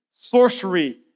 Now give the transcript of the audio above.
sorcery